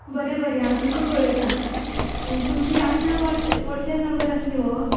बरें बरें हांव तुमकां कळयतां तुमची ह्याच व्हाॅटसेप व्हाॅटसेप नंबर आसा न्ही हो